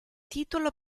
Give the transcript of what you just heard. titolo